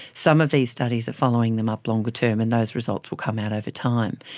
some of these studies are following them up longer term and those results will come out over time.